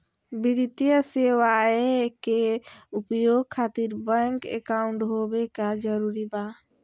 वित्तीय सेवाएं के उपयोग खातिर बैंक अकाउंट होबे का जरूरी बा?